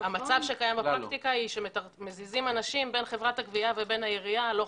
המצב הקיים בפרקטיקה זה שמתזזים אנשים בין חברת הגבייה לעירייה זה הלוך